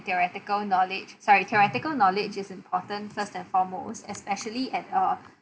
theoretical knowledge sorry theoretical knowledge is important first and foremost especially at uh